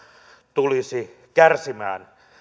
tulisi kärsimään